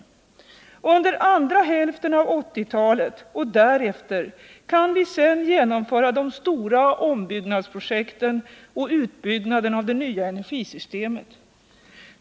Under andra hälften av 1980-talet och därefter kan vi sedan genomföra de stora ombyggnadsprojekten och utbyggnaden av det nya energisystemet.